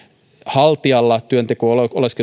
haltijalla työnteko oleskeluluvan